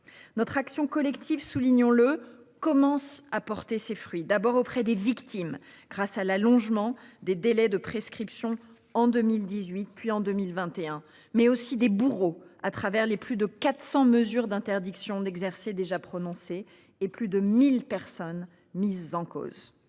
Notre action collective, soulignons-le, commence à porter ses fruits. D'abord auprès des victimes. Grâce à l'allongement des délais de prescription en 2018 puis en 2021, mais aussi des bourreaux à travers les plus de 400, mesure d'interdiction d'exercer déjà prononcée et plus de 1000 personnes mises en cause.